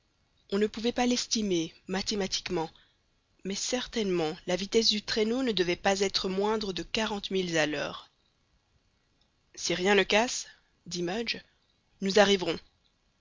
on ne pouvait l'estimer mathématiquement mais certainement la vitesse du traîneau ne devait pas être moindre de quarante milles à l'heure si rien ne casse dit mudge nous arriverons